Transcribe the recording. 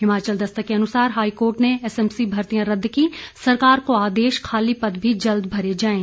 हिमाचल दस्तक के अनुसार हाईकोर्ट ने एसएमसी भर्तियां रद्द कीं सरकार को आदेश खाली पद भी जल्द भरे जाएं